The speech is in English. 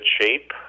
shape